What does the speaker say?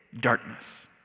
darkness